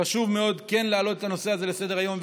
חשוב מאוד להעלות את הנושא הזה לסדר-היום,